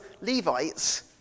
Levites